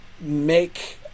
make